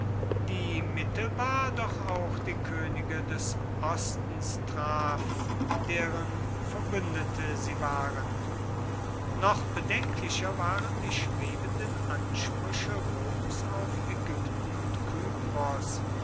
die mittelbar doch auch die könige des ostens traf deren verbündete sie waren noch bedenklicher waren die schwebenden ansprüche roms auf ägypten und